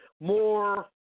more